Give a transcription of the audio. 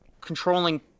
controlling